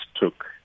took